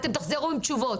ואתם תחזרו עם תשובות,